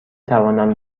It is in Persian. توانم